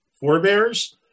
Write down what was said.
forebears